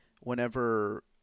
whenever